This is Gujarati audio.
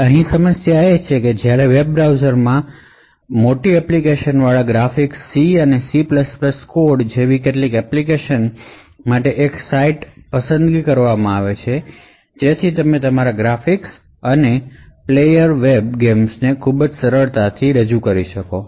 અહીં સમસ્યા એ છે કે જ્યારે વેબ બ્રાઉઝરમાં કોઈ એક સાઇટ માટે હાઇએન્ડવાળા ગ્રાફિક્સવાળી એપ્લિકેશન ચલાવવા C અને C કોડ ને પસંદગી આપવામાં આવે છે જેથી તમને પર્ફોમન્સ બરોબર મળે અને તમારા ગ્રાફિક્સ અને ગેમ્સને ખૂબ જ સરળતાથી ચલાવી શકશો